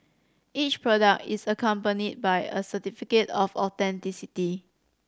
each product is accompanied by a certificate of authenticity